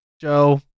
Joe